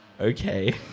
Okay